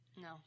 No